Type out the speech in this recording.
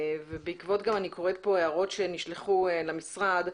ואני גם קוראת כאן הערות שנשלחו למשרד,